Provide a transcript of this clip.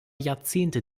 jahrzehnte